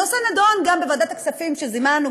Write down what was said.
הנושא נדון גם בוועדת הכספים שזימנו,